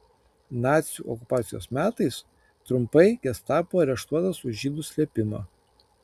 nacių okupacijos metais trumpai gestapo areštuotas už žydų slėpimą